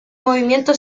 movimiento